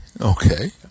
Okay